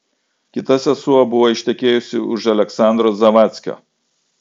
kita sesuo buvo ištekėjusi už aleksandro zavadckio